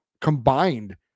combined